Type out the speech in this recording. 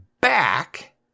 back